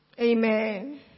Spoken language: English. Amen